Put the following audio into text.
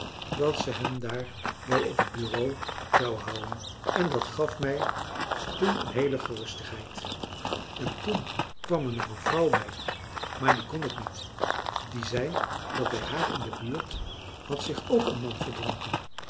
dat ze hem daar dan wel op het bureau zouen houden en dat gaf mij toen een heele gerustigheid en toen kwam er nog een vrouw bij maar die kon ik niet die zei dat bij haar in de buurt had zich ook een man verdronken